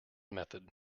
method